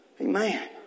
Amen